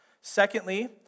Secondly